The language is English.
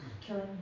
killing